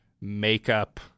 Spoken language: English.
makeup